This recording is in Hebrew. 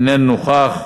איננו נוכח,